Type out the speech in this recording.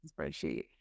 spreadsheet